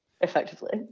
effectively